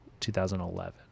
2011